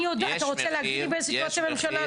אתה רוצה להגיד לי באיזו סיטואציה הממשלה?